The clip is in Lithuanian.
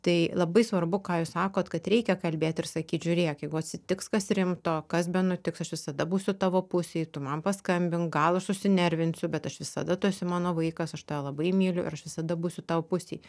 tai labai svarbu ką jūs sakot kad reikia kalbėt ir sakyt žiūrėk jeigu atsitiks kas rimto kas benutiks aš visada būsiu tavo pusėj tu man paskambink gal aš susinervinsiu bet aš visada tu esi mano vaikas aš tave labai myliu ir aš visada būsiu tavo pusėj